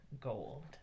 gold